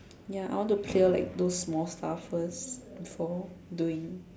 ya I want to clear like those small stuff first before doing